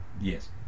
yes